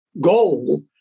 goal